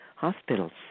Hospitals